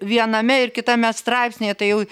viename ir kitame straipsnyje tai jau